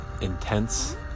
intense